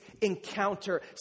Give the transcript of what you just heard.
encounter